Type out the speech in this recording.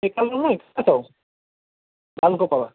ए कालिम्पोङमै कहाँ छौ भालुखोप होला